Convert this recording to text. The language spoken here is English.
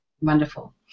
Wonderful